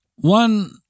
One